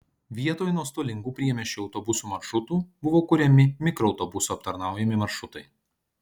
vietoj nuostolingų priemiesčio autobusų maršrutų buvo kuriami mikroautobusų aptarnaujami maršrutai